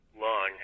long